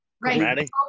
Right